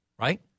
right